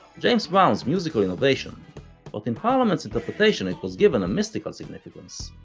james brown's musical innovation, but in parliament's interpretation it was given a mystical significance.